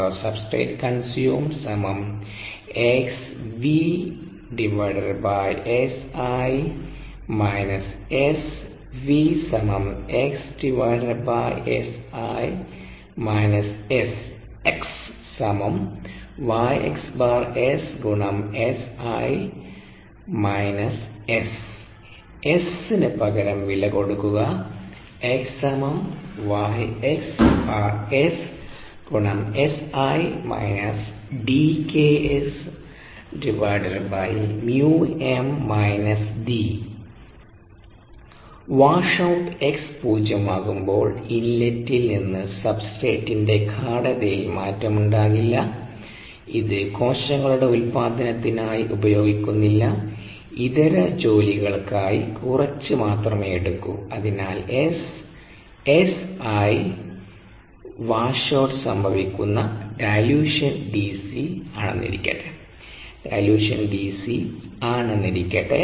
Sനു പകരം വില കൊടുക്കുക വാഷൌട്ട് x പൂജ്യമാകുമ്പോൾ ഇൻലെറ്റിൽ നിന്ന് സബ്സ്ട്രേറ്റിന്റെ ഗാഢതയിൽ മാറ്റമുണ്ടാകില്ല ഇത് കോശങ്ങളുടെ ഉൽപാദനത്തിനായി ഉപയോഗിക്കുന്നില്ല ഇതര ജോലികൾകായി കുറച്ച് മാത്രമേ എടുക്കൂ അതിനാൽ S → Si വാഷൌട്ട് സംഭവിക്കുന്ന ഡൈലൂഷൻ Dc ആണെന്നിരിക്കട്ടെ